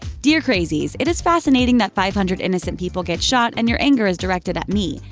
dear crazies it is fascinating that five hundred innocent people get shot and your anger is directed at me.